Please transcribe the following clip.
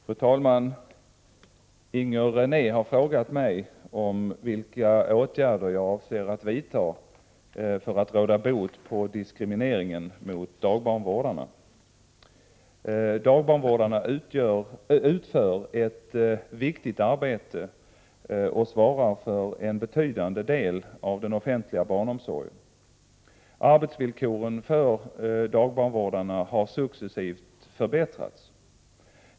Fru talman! Inger René har frågat mig om vilka åtgärder jag avser att vidta för att råda bot på diskrimineringen av dagbarnvårdare. Dagbarnvårdarna utför ett viktigt arbete och svarar för en betydande del av den offentliga barnomsorgen. Arbetsvillkoren för dagbarnvårdarna har successivt förbättrats.